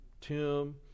tomb